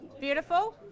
Beautiful